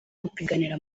gupiganira